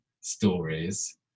stories